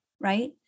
right